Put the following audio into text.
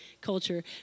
culture